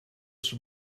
she